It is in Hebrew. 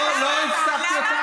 איפה אתם?